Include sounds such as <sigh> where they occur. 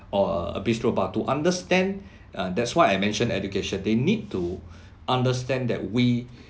or a bistro bar to understand <breath> uh that's why I mention education they need to <breath> understand that we